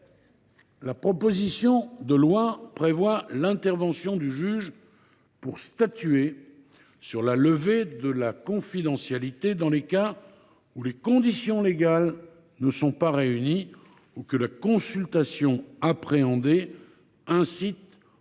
proposition de loi prévoit l’intervention du juge pour statuer sur la levée de la confidentialité dans les cas où les conditions légales ne sont pas réunies, ou lorsque la consultation appréhendée facilite ou incite à la commission